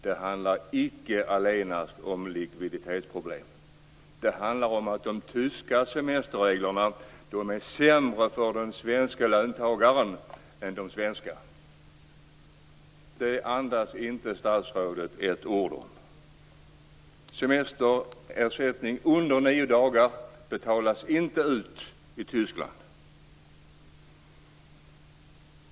Det handlar icke allenast om likviditetsproblem! Det handlar om att de tyska semesterreglerna är sämre för den svenske löntagaren än de svenska. Detta andas inte statsrådet ett ord om. Semesterersättning för mindre än nio dagar betalas inte ut i Tyskland.